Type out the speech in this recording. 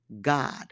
God